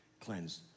Cleansed